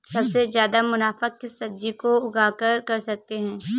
सबसे ज्यादा मुनाफा किस सब्जी को उगाकर कर सकते हैं?